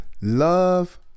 love